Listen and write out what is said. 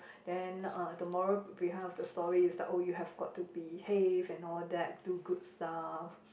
then uh the moral behind of the story is like oh you have got to behave and all that do good stuff